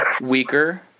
weaker